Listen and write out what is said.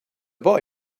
boy